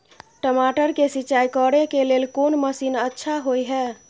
टमाटर के सिंचाई करे के लेल कोन मसीन अच्छा होय है